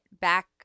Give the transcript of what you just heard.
back